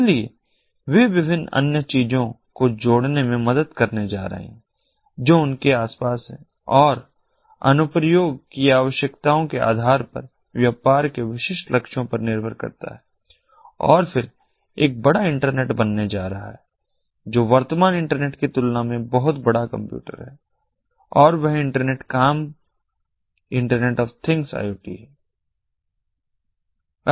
इसलिए वे विभिन्न अन्य चीजों को जोड़ने में मदद करने जा रहे हैं जो उनके आसपास हैं और अनुप्रयोग की आवश्यकताओं के आधार पर व्यापार के विशिष्ट लक्ष्यों पर निर्भर करता है और फिर एक बड़ा इंटरनेट बनने जा रहा है जो वर्तमान इंटरनेट की तुलना में बहुत बड़ा कंप्यूटर है और वह इंटरनेट काम इंटरनेट ऑफ थिंग्स IoT है